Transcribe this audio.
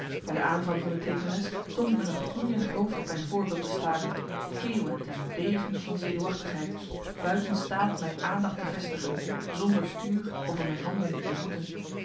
bij de aanvang van de teekenles stond ik met een gloeiend hoofd op mijn voorbeeld te staren geeuwend en bevend van zenuwachtigheid buiten staat mijn aandacht te vestigen zonder stuur over mijn handen en voeten